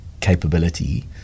capability